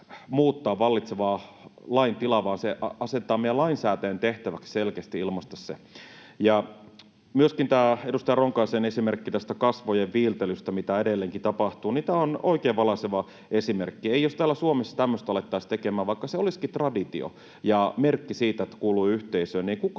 muuttaa vallitsevaa lain tilaa, vaan asetetaan meidän lainsäätäjien tehtäväksi selkeästi ilmaista se. Myöskin edustaja Ronkaisen esimerkki tästä kasvojen viiltelystä, mitä edelleenkin tapahtuu, on oikein valaiseva esimerkki. Jos täällä Suomessa tämmöistä alettaisiin tekemään — vaikka se olisikin traditio ja merkki siitä, että kuuluu yhteisöön